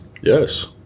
Yes